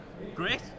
Great